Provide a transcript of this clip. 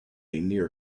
near